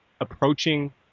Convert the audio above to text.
approaching